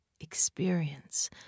experience